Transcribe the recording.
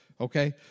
okay